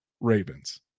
Ravens